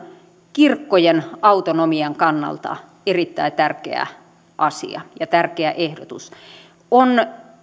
kirkkojen autonomian kannalta erittäin tärkeä asia ja tärkeä ehdotus on